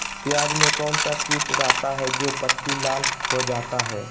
प्याज में कौन सा किट रहता है? जो पत्ती लाल हो जाता हैं